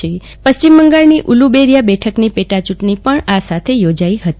આજે પશ્ચિમ બંગાળની ઉલુબેરિયા બેઠકની પેટાચૂંટણી પણ યોજાઇ હતી